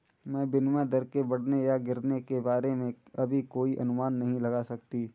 मैं विनिमय दर के बढ़ने या गिरने के बारे में अभी कोई अनुमान नहीं लगा सकती